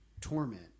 torment